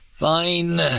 Fine